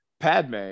Padme